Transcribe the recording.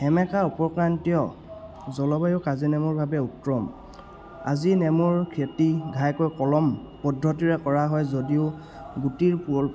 সেমেকা উপক্ৰান্তিয় জলবায়ু কাজিনেমুৰ বাবে উত্তম কাজিনেমুৰ খেতি ঘাইকৈ কলম পদ্ধতিৰে কৰা হয় যদিও গুটিৰ পুৰ